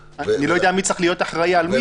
אני לא יודע מי צריך להיות אחראי על מי,